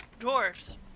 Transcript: dwarves